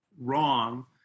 wrong